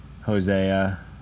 Hosea